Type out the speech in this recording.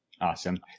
Awesome